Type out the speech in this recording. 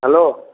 hello